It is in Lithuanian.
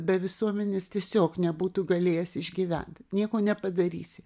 be visuomenės tiesiog nebūtų galėjęs išgyvent nieko nepadarysi